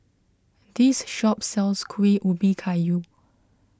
this shop sells Kueh Ubi Kayu